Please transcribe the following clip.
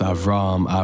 Avram